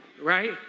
right